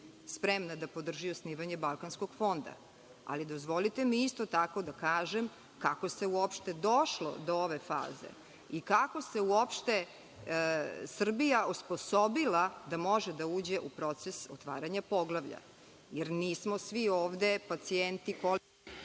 spremna da podrži osnivanje balkanskog fonda, ali dozvolite mi isto tako da kažem kako se uopšte došlo do ove faze i kako se uopšte Srbija osposobila da može da uđe u proces otvaranja poglavlja, jer nismo svi ovde pacijenti …